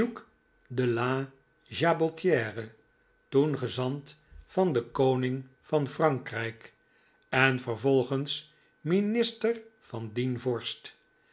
de la jabotiere toen gezant van den koning van frankrijk en vervolgens minister van dien vorst